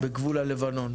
בגבול הלבנון.